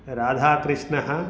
राधाकृष्णः